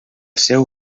seu